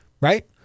Right